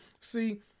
See